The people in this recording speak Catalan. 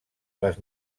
les